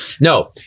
No